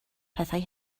pethau